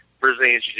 Brazilian